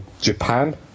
Japan